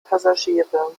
passagiere